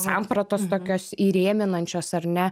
sampratos tokios įrėminančios ar ne